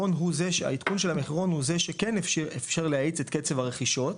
22 והעדכון של המחירון הוא זה שכן אפשר להאיץ את קצב הרכישות,